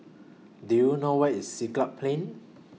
Do YOU know Where IS Siglap Plain